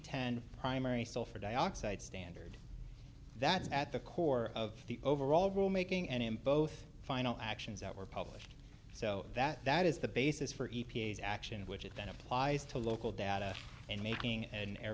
ten primary sulfur dioxide standard that's at the core of the overall rule making and in both final actions that were published so that that is the basis for e p a s action which it then applies to local data and making an air